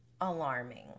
alarming